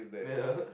yeah